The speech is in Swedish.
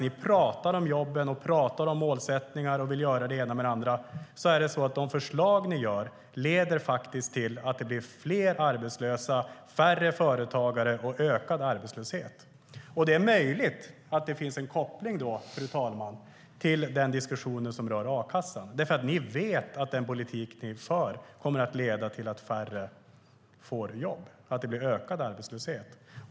Ni pratar om jobben, pratar om målsättningar och vill göra det ena med det andra, men de förslag ni lägger fram leder till att det blir fler arbetslösa, färre företagare och ökad arbetslöshet. Det är möjligt att det finns en koppling, fru talman, till den diskussion som rör a-kassan. Ni vet att den politik ni för kommer att leda till att färre får jobb och att det blir ökad arbetslöshet.